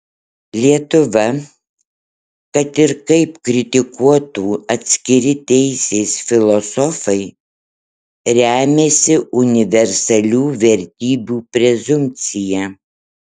lietuva kad ir kaip kritikuotų atskiri teisės filosofai remiasi universalių vertybių prezumpcija